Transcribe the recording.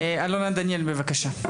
אלונה דניאל, בבקשה.